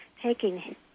taking